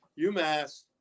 UMass